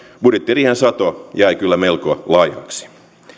budjettiriihen sato jäi kyllä melko laihaksi